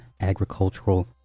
agricultural